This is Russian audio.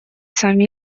сами